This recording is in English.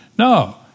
No